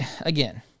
again